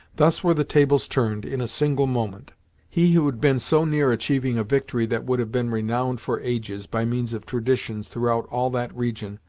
thus were the tables turned, in a single moment he who had been so near achieving a victory that would have been renowned for ages, by means of traditions, throughout all that region,